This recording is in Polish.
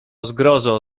zgrozo